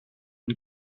une